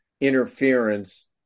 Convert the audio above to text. interference